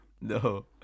No